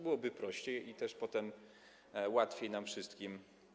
Byłoby prościej i potem też łatwiej nam wszystkim.